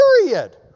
period